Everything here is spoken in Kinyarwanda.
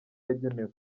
yagenewe